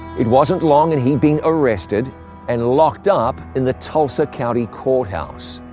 it wasn't long and he'd been arrested and locked up in the tulsa county courthouse.